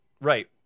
right